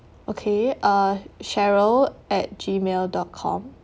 okay uh cheryl at gmail dot com